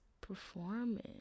performance